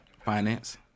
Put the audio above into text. finance